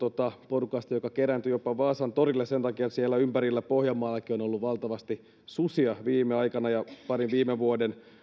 porukasta joka kerääntyi jopa vaasan torille sen takia että siellä ympäristössä pohjanmaallakin on ollut valtavasti susia viime aikoina ja parin viime vuoden